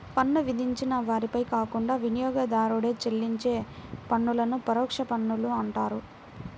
పన్ను విధించిన వారిపై కాకుండా వినియోగదారుడే చెల్లించే పన్నులను పరోక్ష పన్నులు అంటారు